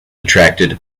attracted